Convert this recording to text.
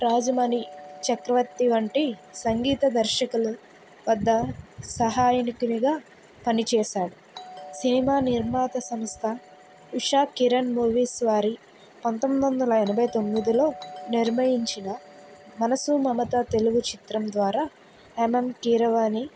రాజమణి చక్రవర్తి వంటి సంగీత దర్శకులు వద్ద సహాయనుకునిగా పనిచేసారు సినిమా నిర్మాత సంస్థ ఉషా కిరణ్ మూవీస్ వారి పంతొమ్మిది వందల ఎనభై తొమ్మిదిలో నిర్మయించిన మనసుమమత తెలుగు చలనచిత్రం ద్వారా ఎమ్ ఎమ్ కీరవాణి